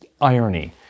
irony